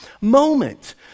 moment